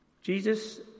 Jesus